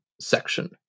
section